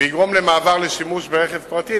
ויגרום למעבר לשימוש ברכב פרטי,